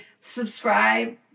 subscribe